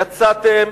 יצאתם,